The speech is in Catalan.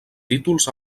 títols